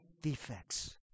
defects